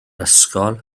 ysgol